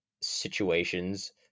situations